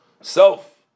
self